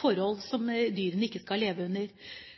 forhold som dyr ikke skal leve under.